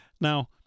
Now